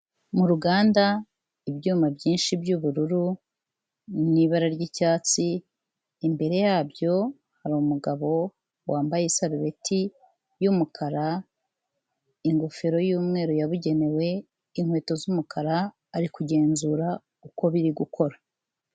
Mu ruganda ibyuma byinshi by'ubururu biri mu ibara ry'icyatsi, imbere yabyo hari umugabo wambaye isarubeti y'umukara, ingofero y'umweru yabugenewe, inkweto z'umukara, ari kugenzura uko biri gukora.